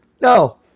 No